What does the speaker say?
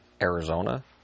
Arizona